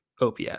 OPS